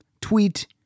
tweet